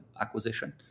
acquisition